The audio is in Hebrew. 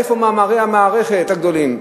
איפה מאמרי המערכת הגדולים?